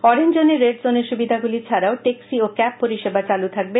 orange জোনে red জোনের সুবিধাগুলি ছাডাও ট্যাক্সি ও ক্যাব পরিষেবা চালু থাকবে